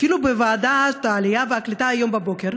אפילו בוועדת העלייה והקליטה היום בבוקר,